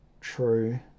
True